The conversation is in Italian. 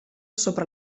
sopra